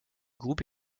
groupe